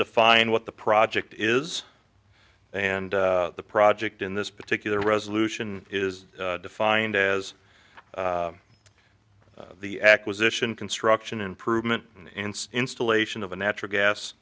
define what the project is and the project in this particular resolution is defined as the acquisition construction improvement in installation of a natural gas